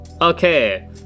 Okay